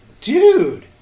dude